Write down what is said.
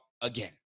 again